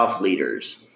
leaders